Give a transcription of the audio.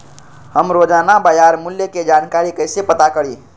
हम रोजाना बाजार मूल्य के जानकारी कईसे पता करी?